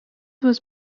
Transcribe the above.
was